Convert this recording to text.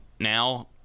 now